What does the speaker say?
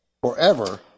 forever